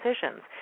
decisions